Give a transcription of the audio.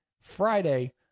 Friday